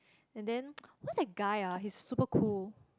and then who's that guy ah he's super cool